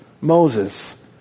Moses